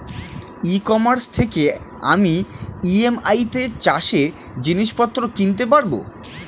ই commerce থেকে আমি EMI তে চাষে জিনিসপত্র কিনতে পারব?